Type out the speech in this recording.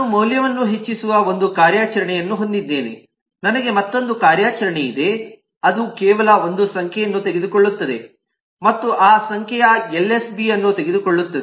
ನಾನು ಮೌಲ್ಯವನ್ನು ಹೆಚ್ಚಿಸುವ ಒಂದು ಕಾರ್ಯಾಚರಣೆಯನ್ನು ಹೊಂದಿದ್ದೇನೆ ನನಗೆ ಮತ್ತೊಂದು ಕಾರ್ಯಾಚರಣೆ ಇದೆ ಅದು ಕೇವಲ ಒಂದು ಸಂಖ್ಯೆಯನ್ನು ತೆಗೆದುಕೊಳ್ಳುತ್ತದೆ ಮತ್ತು ಆ ಸಂಖ್ಯೆಯ ಎಲ್ಎಸ್ಬಿ ಅನ್ನು ತೆಗೆದುಕೊಳ್ಳುತ್ತದೆ